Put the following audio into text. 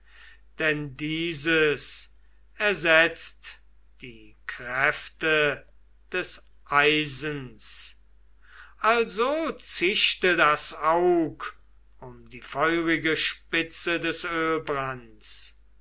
denn dieses ersetzt die kräfte des eisens also zischte das aug um die feurige spitze des ölbrands